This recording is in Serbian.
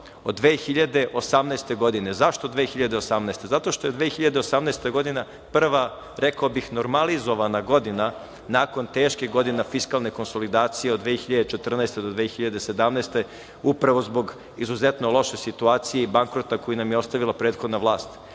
od 2018. godine, a zašto od 2018. godine? Zato što je 2018. godina prava rekao bih, normalizovana godina nakon teških godina fiskalne konsolidacije od 2014. do 2017. godine, upravo zbog izuzetno loše situacije i bankrota koji nam je ostavila prethodna vlast.